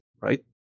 right